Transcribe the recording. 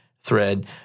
thread